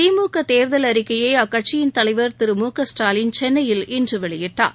திமுக தேர்தல் அறிக்கையை அக்கட்சித் தலைவர் திரு மு க ஸ்டாலின் சென்னையில் இன்று வெளியிட்டார்